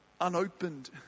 unopened